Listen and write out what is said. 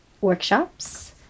workshops